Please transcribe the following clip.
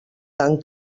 tan